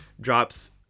drops